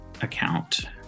account